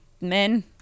men